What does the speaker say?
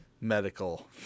medical